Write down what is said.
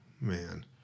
man